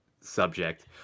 subject